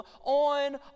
on